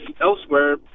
elsewhere